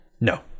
No